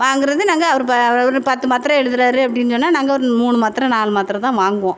வாங்கிறது நாங்கள் அவரு ப அவர் பத்து மாத்திர எழுதுறாரு அப்படின்னு சொன்னால் நாங்கள் ஒரு மூணு மாத்திர நாலு மாத்திர தான் வாங்குவோம்